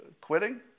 quitting